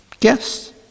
yes